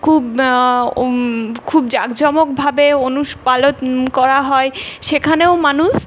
খুব খুব জাঁকজমকভাবে অনুস পালন করা হয় সেখানেও মানুষ